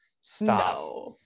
Stop